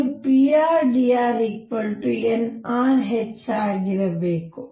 ಇನ್ನೂ pr dr nr h ಆಗಿರಬೇಕು